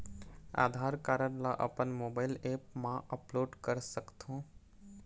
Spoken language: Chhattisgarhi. आधार कारड ला अपन मोबाइल ऐप मा अपलोड कर सकथों?